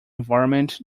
environment